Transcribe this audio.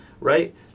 right